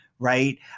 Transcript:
right